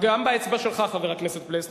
גם באצבע שלך, חבר הכנסת פלסנר.